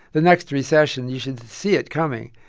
the next recession you should see it coming.